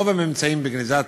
רוב הממצאים בגניזת